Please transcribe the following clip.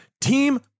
Team